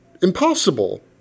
Impossible